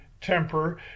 temper